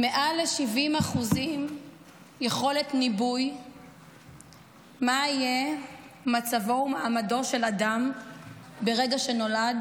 מעל ל-70% יכולת ניבוי מה יהיה מצבו ומעמדו של אדם ברגע שנולד,